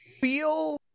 feel